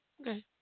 Okay